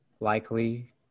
likely